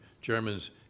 Germans